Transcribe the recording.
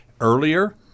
earlier